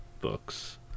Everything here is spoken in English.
books